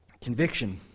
Conviction